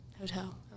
Hotel